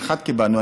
מאחת קיבלנו,